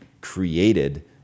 created